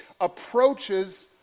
approaches